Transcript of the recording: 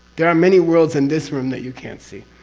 there are many worlds in this room that you can't see.